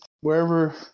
Wherever